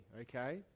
okay